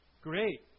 Great